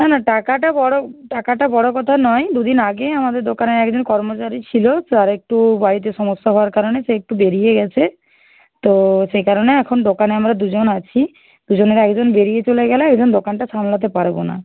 না না টাকাটা বড়ো টাকাটা বড়ো কথা নয় দু দিন আগেই আমাদের দোকানে একজন কর্মচারী ছিল তার একটু বাড়িতে সমস্যা হওয়ার কারণে সে একটু বেরিয়ে গেছে তো সে কারণে দোকানে এখন আমরা দুজন আছি দুজনের একজন বেরিয়ে চলে গেলে একজন দোকানটা সামলাতে পারবো না